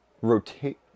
rotate